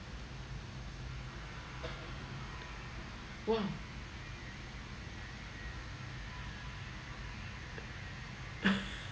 !wah!